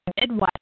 Midwest